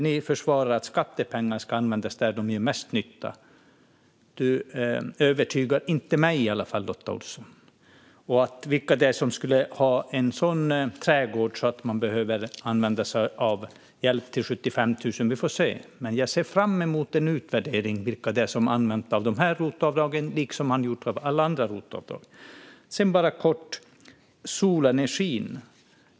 Ni säger att skattepengar ska användas där de gör mest nytta, Lotta Olsson, men du övertygar i alla fall inte mig. Vilka det skulle vara som har en sådan trädgård att de behöver använda sig av hjälp för 75 000 får vi se, men jag ser fram emot en utvärdering av vilka som har använt sig av dessa ROT-avdrag - precis man gjort när det gäller alla andra ROT-avdrag. Jag vill säga något kort om solenergin.